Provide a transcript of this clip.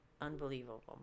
unbelievable